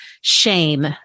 shame